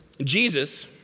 Jesus